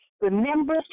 Remember